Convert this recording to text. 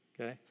okay